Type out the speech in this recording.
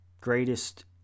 greatest